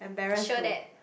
show that